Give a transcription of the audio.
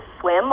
swim